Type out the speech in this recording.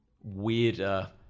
weirder